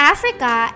Africa